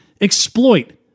exploit